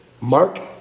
Mark